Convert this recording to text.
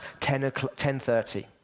10.30